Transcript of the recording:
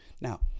Now